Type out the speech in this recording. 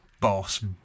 Boss